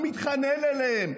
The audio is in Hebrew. הוא מתחנן אליהם.